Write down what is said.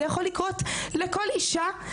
שזה יכול לקרות לכל אישה,